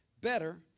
better